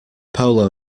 polo